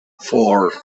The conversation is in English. four